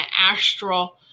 astral